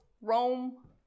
Rome